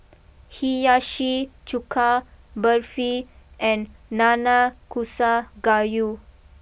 Hiyashi Chuka Barfi and Nanakusa Gayu